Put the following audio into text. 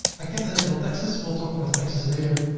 i can enable taxes. we'll talk about taxes later.